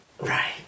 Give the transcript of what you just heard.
Right